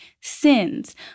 sins